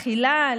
באכילה,